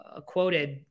quoted